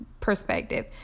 perspective